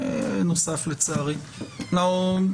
כן או לא?